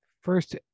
first